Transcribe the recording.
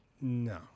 No